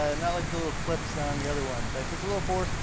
ah not like the little clips on the other one, but it takes a little force,